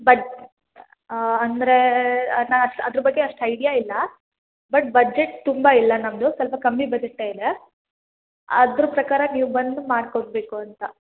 but ಅಂದರೆ ಅದು ನಾನು ಅಷ್ಟು ಅದ್ರ ಬಗ್ಗೆ ಅಷ್ಟು ಐಡಿಯಾ ಇಲ್ಲ ಬಟ್ ಬಜೆಟ್ ತುಂಬ ಇಲ್ಲ ನಮ್ದು ಸ್ವಲ್ಪ ಕಮ್ಮಿ ಬಜೆಟ್ಟೇ ಇದೆ ಅದ್ರ ಪ್ರಕಾರ ನೀವು ಬಂದು ಮಾಡಿಕೊಡ್ಬೇಕು ಅಂತ